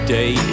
Day